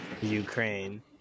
Ukraine